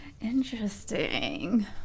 Interesting